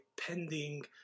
pending